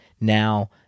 now